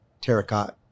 terracotta